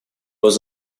was